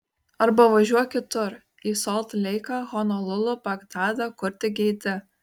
arba važiuok kitur į solt leiką honolulu bagdadą kur tik geidi